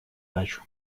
дачу